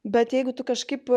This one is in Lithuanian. bet jeigu tu kažkaip